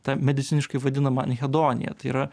ta mediciniškai vadinama anhedonija tai yra